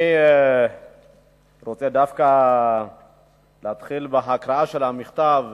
אני דווקא רוצה להתחיל בהקראה של המכתב,